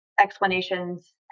explanations